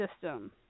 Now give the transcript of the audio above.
system